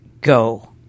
go